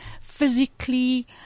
physically